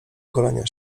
golenia